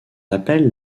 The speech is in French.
appelle